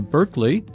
Berkeley